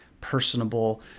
personable